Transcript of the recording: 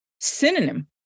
synonym